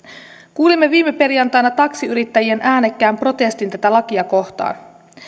kuulimme viime perjantaina taksiyrittäjien äänekkään protestin tätä lakia kohtaan